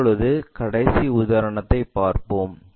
இப்போது கடைசி உதாரணத்தைப் பார்ப்போம்